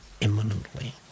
imminently